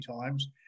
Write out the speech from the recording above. times